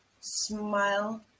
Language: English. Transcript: smile